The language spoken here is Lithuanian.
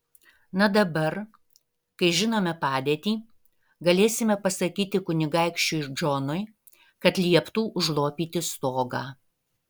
na dabar kai žinome padėtį galėsime pasakyti kunigaikščiui džonui kad lieptų užlopyti stogą